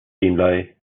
beenleigh